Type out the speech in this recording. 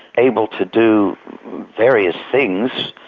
able to do various things,